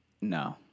no